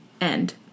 end